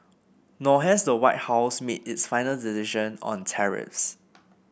nor has the White House made its final decision on tariffs